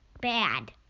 Bad